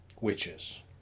witches